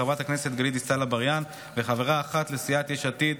חברת הכנסת גלית דיסטל אטבריאן וחברה אחת לסיעת יש עתיד,